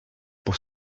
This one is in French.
pour